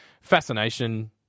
fascination